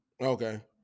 Okay